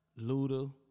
Luda